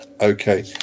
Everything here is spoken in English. Okay